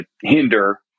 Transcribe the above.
hinder